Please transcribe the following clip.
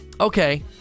Okay